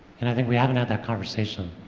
and i think we haven't had that conversation.